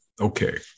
Okay